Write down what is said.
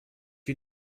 you